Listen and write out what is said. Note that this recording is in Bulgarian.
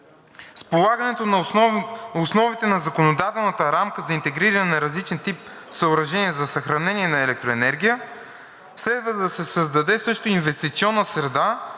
С полагането на основите на законодателната рамка за интегриране на различен тип съоръжения за съхранение на електроенергия следва да се създаде също инвестиционна среда